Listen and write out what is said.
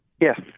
Yes